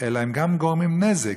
אלא הם גם גורמים נזק.